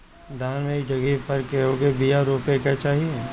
धान मे एक जगही पर कएगो बिया रोपे के चाही?